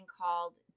called